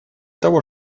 того